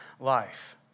life